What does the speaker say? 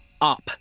up